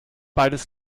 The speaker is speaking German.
beides